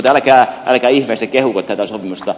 mutta älkää ihmeessä kehuko tätä sopimusta